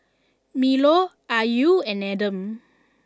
Melur Ayu and Adam